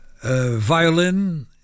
violin